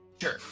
Sure